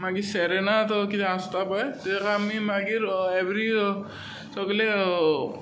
मागीर सेरिनाद वा कितें आसता पळय तेन्ना मागीर आमी एवरी सगळे